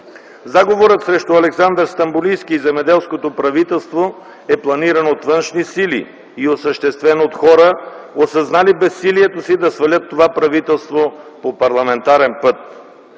Заговорът срещу Александър Стамболийски и земеделското правителство е планиран от външни сили и осъществен от хора, осъзнали безсилието си да свалят това правителство по парламентарен път.